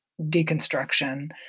deconstruction